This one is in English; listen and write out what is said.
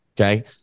okay